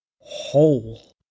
whole